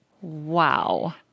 Wow